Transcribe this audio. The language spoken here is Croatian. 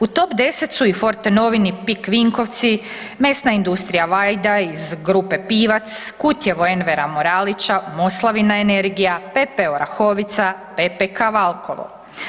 U top 10 su i Forte Novini PIK Vinkovci, medna industrija Vajda iz grupe Pivac, Kutjevo Envera Moralića, Moslavina energija, PP Orahovica, PPK Valpovo.